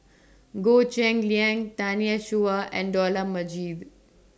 Goh Cheng Liang Tanya Chua and Dollah Majid